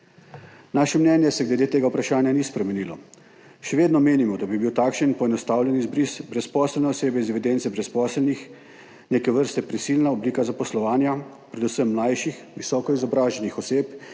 Naše mnenje se glede tega vprašanja ni spremenilo. Še vedno menimo, da bi bil takšen poenostavljen izbris brezposelne osebe iz evidence brezposelnih neke vrste prisilna oblika zaposlovanja predvsem mlajših, visoko izobraženih oseb,